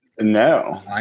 No